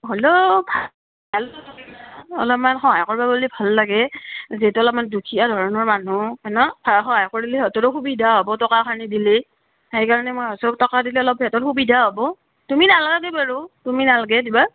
হ'লেও অলপমান সহায় কৰ্বা পাৰলি ভাল লাগে যিহেতু অলপমান দুখীয়া ধৰণৰ মানুহ হয় ন সহায় কৰ্লি সিহঁতৰো সুবিধা হ'ব টকাখিনি দিলি সেই কাৰণে মই ভাবছোঁ টকাখিনি দিলে অলপ সিহঁতৰ সুবিধা হ'ব তুমি নালাগে বাৰু তুমি নালগে দিবা